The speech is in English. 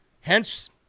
Hence